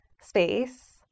space